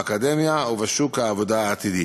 באקדמיה ובשוק העבודה העתידי.